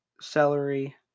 celery